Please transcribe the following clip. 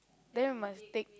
then we must take